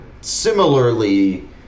similarly